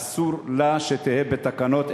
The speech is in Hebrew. אסור לה שתהא בתקנות,